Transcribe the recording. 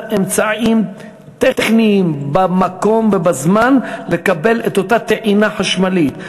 אמצעים טכניים במקום ובזמן לקבל את אותה טעינה חשמלית,